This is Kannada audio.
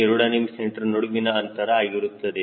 c ನಡುವಿನ ಅಂತರ ಆಗಿರುತ್ತದೆ